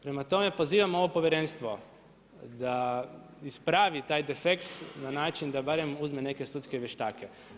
Prema tome pozivam ovo povjerenstvo da ispravi taj defekt na način da barem uzme neke sudske vještake.